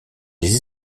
les